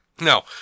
No